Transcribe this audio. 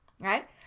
right